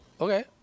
Okay